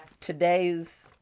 today's